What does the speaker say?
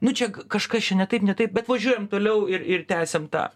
nu čia kažkas čia ne taip ne taip bet važiuojam toliau ir ir tęsiam tą